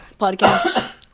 podcast